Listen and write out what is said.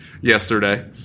yesterday